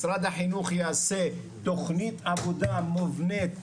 משרד החינוך יעשה תוכנית עבודה מובנית,